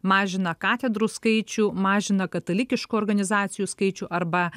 mažina katedrų skaičių mažina katalikiškų organizacijų skaičių arba